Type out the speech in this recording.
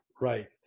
Right